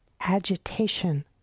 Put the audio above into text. agitation